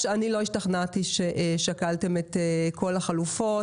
השתכנעתי ששקלתם את כל החלופות,